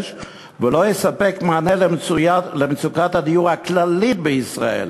ולא יספק מענה למצוקת הדיור הכללית בישראל.